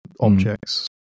objects